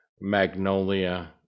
Magnolia